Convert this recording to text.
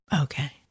Okay